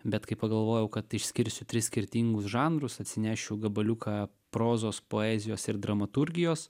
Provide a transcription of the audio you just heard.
bet kai pagalvojau kad išskirsiu tris skirtingus žanrus atsinešiu gabaliuką prozos poezijos ir dramaturgijos